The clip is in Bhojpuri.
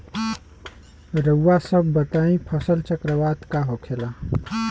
रउआ सभ बताई फसल चक्रवात का होखेला?